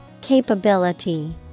Capability